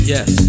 Yes